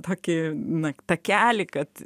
tokį na takelį kad